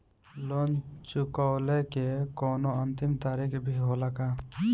Loan चुकवले के कौनो अंतिम तारीख भी होला का?